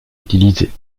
utilisé